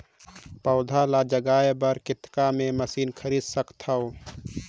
पौधा ल जगाय बर कतेक मे मशीन खरीद सकथव?